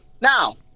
now